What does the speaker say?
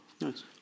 Nice